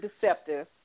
deceptive